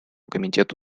комитет